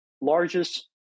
largest